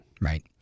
Right